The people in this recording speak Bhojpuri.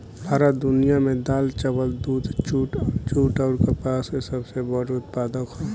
भारत दुनिया में दाल चावल दूध जूट आउर कपास के सबसे बड़ उत्पादक ह